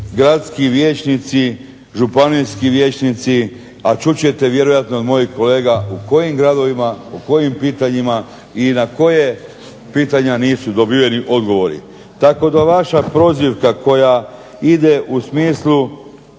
gradski vijećnici, županijski vijećnici a čut ćete vjerojatno od mojih kolega u kojim gradovima, po kojim pitanjima i na koja pitanja nisu dobiveni odgovori. Tako da vaša prozivka koja ide u smislu